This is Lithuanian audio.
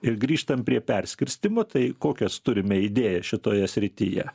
ir grįžtam prie perskirstymo tai kokias turime idėjas šitoje srityje